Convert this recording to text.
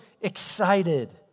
excited